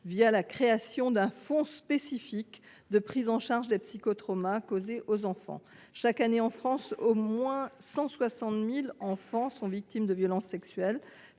par la création d’un fonds spécifique de prise en charge des psychotraumatismes causés aux enfants. Chaque année, en France, au moins 160 000 enfants sont victimes de violences sexuelles.